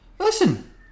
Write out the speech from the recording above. Listen